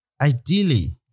Ideally